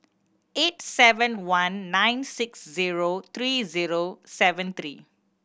eight seven one nine six zero three zero seven three